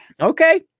Okay